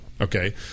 okay